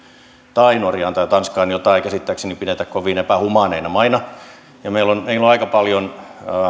tai norjaan tai tanskaan joita ei käsittääkseni pidetä kovin epähumaaneina maina meillä on aika paljon